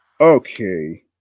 Okay